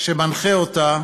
שמנחה אותה,